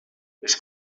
les